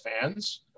fans